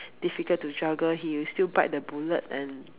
difficult to juggle he will still bite the bullet and